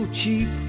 cheap